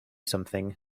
something